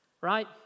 Right